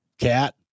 cat